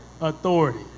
authority